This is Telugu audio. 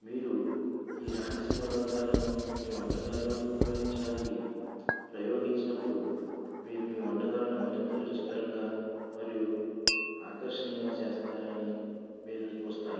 మీరు ఈ రహస్య పదార్థాలను మీ వంటకాల్లో ఉపయోగించడానికి ప్రయోగించినప్పుడు మీ వంటకాలను మరింత రుచికరంగా మరియు ఆకర్షణీయంగా చేస్తారని మీరు చూస్తారు